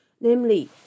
namely